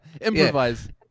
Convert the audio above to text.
improvise